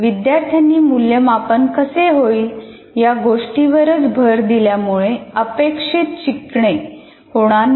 विद्यार्थ्यांनी मूल्यमापन कसे होईल या गोष्टीवरच भर दिल्यामुळे अपेक्षित शिकणे होणार नाही